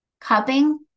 cupping